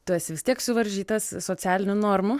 tu esi vis tiek suvaržytas socialinių normų